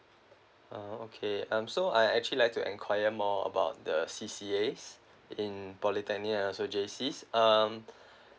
ah okay um so I actually like to inquire more about the C_C_A in polytechnic and also J_C um